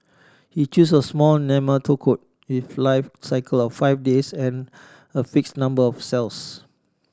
he chose a small nematode if life cycle of five days and a fix number of cells